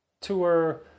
Tour